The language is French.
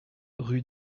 rue